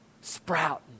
sprout